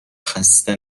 خسته